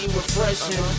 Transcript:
refreshing